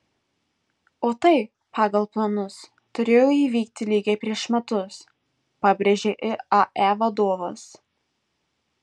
o tai pagal planus turėjo įvykti lygiai prieš metus pabrėžė iae vadovas